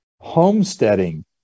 homesteading